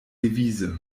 devise